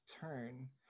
turn